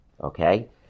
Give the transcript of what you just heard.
Okay